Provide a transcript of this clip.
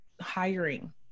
hiring